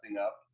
up